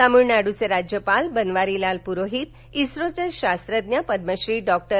तामिळनाडूचे राज्यपाल बनवारीलाल पुरोहित इखोचे शास्त्रज्ञ पद्मश्री डों